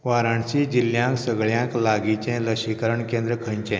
वाराणसी जिल्ल्यांत सगळ्यांत लागींचें लसीकरण केंद्र खंयचें